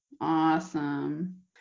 awesome